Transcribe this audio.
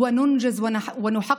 "העולם שייך לחזקים" כפי שנאמר.